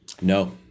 No